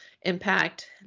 impact